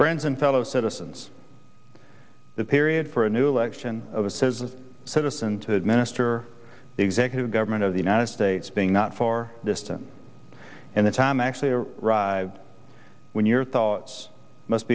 friends and fellow citizens the period for a new election of a says a citizen to master executive government of the united states being not far distant and the time actually ride when your thoughts must